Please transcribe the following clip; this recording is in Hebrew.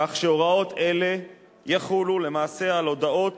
כך שהוראות אלה יחולו למעשה על הודעות